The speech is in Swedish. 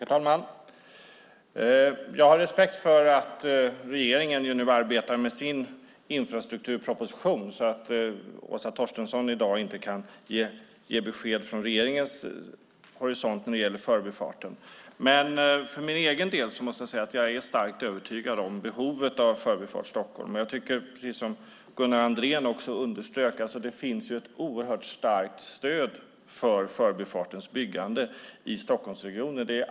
Herr talman! Jag har respekt för att regeringen nu arbetar med sin infrastrukturproposition och att Åsa Torstensson därför i dag inte kan ge besked från regeringens horisont när det gäller förbifarten. För egen del är jag övertygad om behovet av Förbifart Stockholm. Som Gunnar Andrén underströk finns det i Stockholmsregionen ett oerhört starkt stöd för byggandet av förbifarten.